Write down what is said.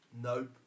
nope